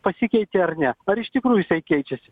pasikeitė ar ne ar iš tikrųjų jisai keičiasi